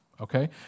okay